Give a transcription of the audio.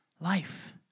life